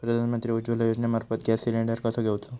प्रधानमंत्री उज्वला योजनेमार्फत gas cylinder कसो घेऊचो?